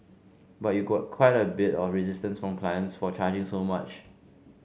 but you got quite a bit of resistance from clients for charging so much